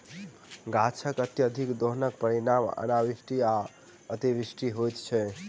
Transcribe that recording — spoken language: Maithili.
गाछकअत्यधिक दोहनक परिणाम अनावृष्टि आ अतिवृष्टि होइत छै